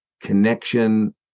connection